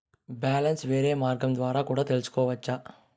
Balance వేరే మార్గం ద్వారా కూడా తెలుసుకొనొచ్చా?